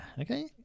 okay